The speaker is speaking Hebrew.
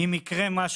אם יקרה משהו,